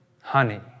honey